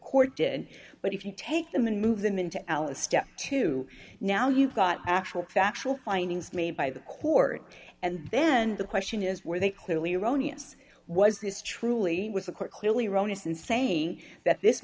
court did but if you take them and move them into alice step two now you've got actual factual findings made by the court and then the question is were they clearly erroneous was this truly was the court clearly erroneous in saying that this